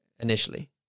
Initially